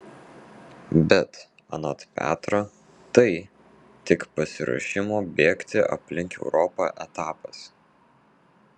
bet anot petro tai tik pasiruošimo bėgti aplink europą etapas